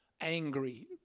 angry